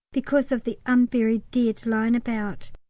because of the unburied dead lying about.